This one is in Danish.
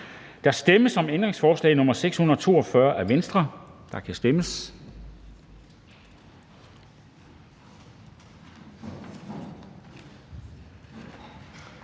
Der stemmes om ændringsforslag nr. 623 af NB,